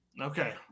Okay